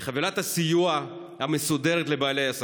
על חבילת הסיוע המסודרת לבעלי עסקים,